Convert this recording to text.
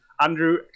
andrew